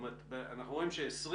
אנחנו רואים ש-20'